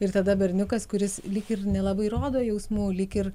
ir tada berniukas kuris lyg ir nelabai rodo jausmų lyg ir